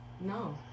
no